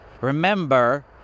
Remember